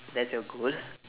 that's your goal